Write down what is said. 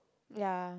ya